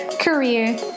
career